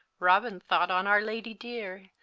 robin thought on our ladye deere,